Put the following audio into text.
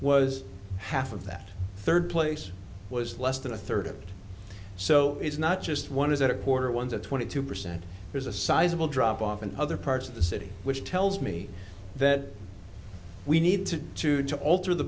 was half of that third place was less than a third so it's not just one is that a quarter one to twenty two percent there's a sizeable drop off in other parts of the city which tells me that we need to to to alter the